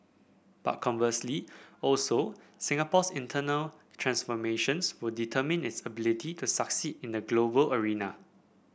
but conversely also Singapore's internal transformations will determine its ability to succeed in the global arena